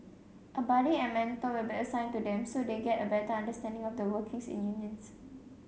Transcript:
a buddy and mentor will be assigned to them so they get a better understanding of the workings in unions